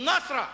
אל-נצרא.